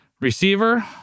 receiver